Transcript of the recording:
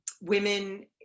women